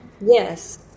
yes